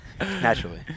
naturally